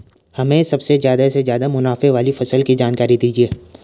हमें सबसे ज़्यादा से ज़्यादा मुनाफे वाली फसल की जानकारी दीजिए